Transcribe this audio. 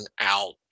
out